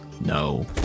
No